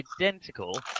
identical